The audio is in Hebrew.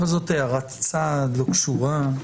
אבל זאת הערת צד לא קשורה.